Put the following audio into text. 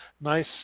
nice